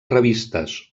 revistes